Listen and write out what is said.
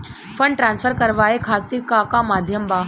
Fund transfer करवाये खातीर का का माध्यम बा?